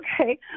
okay